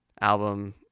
album